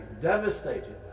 devastated